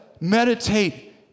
meditate